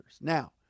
Now